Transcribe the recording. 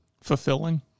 Fulfilling